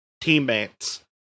teammates